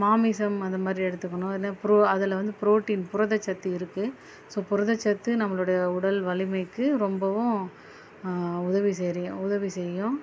மாமிசம் அதை மாதிரி எடுத்துக்கணும் எதனா ப்ரோ அதில் வந்து ப்ரோட்டீன் புரதச்சத்து இருக்கு ஸோ புரதச்சத்து நம்மளுடைய உடல் வலிமைக்கு ரொம்பவும் உதவி செய்யறீங்க உதவி செய்யும்